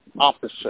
opposite